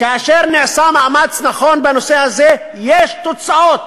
כאשר נעשה מאמץ נכון בנושא הזה יש תוצאות.